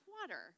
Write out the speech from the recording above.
water